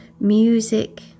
music